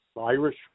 Irish